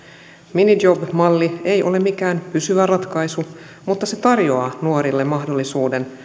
minijob malli ei ole mikään pysyvä ratkaisu mutta se tarjoaa nuorille mahdollisuuden